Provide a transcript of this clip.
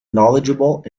knowledgeable